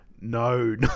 No